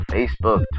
Facebook